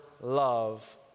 love